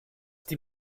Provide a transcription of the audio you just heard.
die